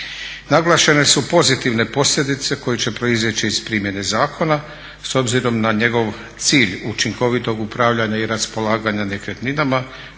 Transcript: Naglašene su pozitivne posljedice koje će proizići iz primjene zakona s obzirom na njegov cilj učinkovitog upravljanja i raspolaganja nekretninama